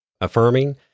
affirming